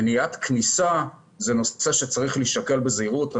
מניעת כניסה זה נושא שצריך להישקל בזהירות.